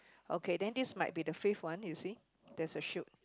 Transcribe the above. okay then this might be the fake one you see there is a shoot